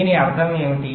దీని అర్థం ఏమిటి